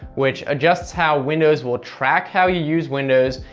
which adjusts how windows will track how you use windows,